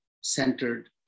centered